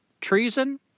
treason